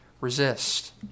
resist